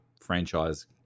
franchise